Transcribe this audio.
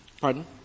Pardon